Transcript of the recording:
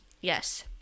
Yes